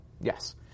Yes